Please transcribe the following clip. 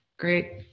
Great